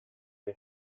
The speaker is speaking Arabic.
فِي